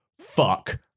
fuck